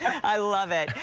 i love it.